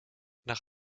nach